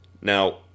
Now